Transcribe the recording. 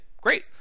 great